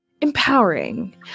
empowering